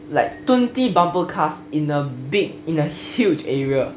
like twenty bumper cars in a big in a huge area